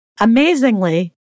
Amazingly